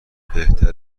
بهتر